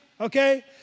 okay